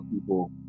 people